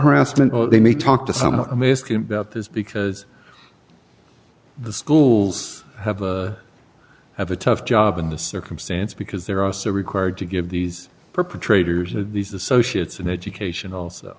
harassment they may talk to some mystery about this because the schools have a have a tough job in this circumstance because they're also required to give these perpetrators of these associates an education also